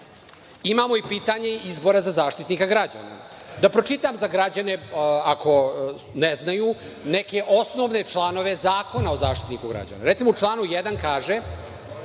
imamo i pitanje izbora za Zaštitnika građana. Da pročita za građane ako ne znaju neke osnovne članove Zakona o zaštitniku građana. Recimo, u članu 1. kaže